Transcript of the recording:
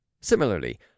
Similarly